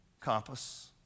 compass